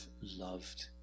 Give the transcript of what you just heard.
loved